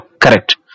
Correct